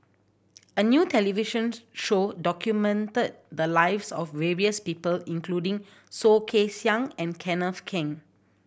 a new televisions show documented the lives of various people including Soh Kay Siang and Kenneth Keng